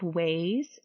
ways